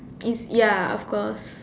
um ya of course